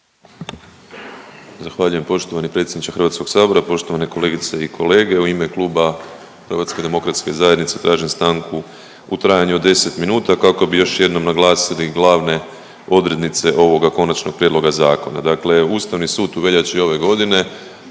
Zahvaljujem poštovani predsjedniče Hrvatskog sabora, poštovani kolegice i kolege u ime Kluba Hrvatske demokratske zajednice tražim stanku u trajanju od 10 minuta, kako bi još jednom naglasili glave odrednice ovoga konačnog prijedloga zakona. Dakle, Ustavni sud u veljači ove godine